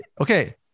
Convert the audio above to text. Okay